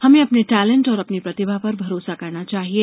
हमें अपने टेलेंट और अपनी प्रतिभा पर भरोसा करना चाहिये